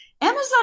Amazon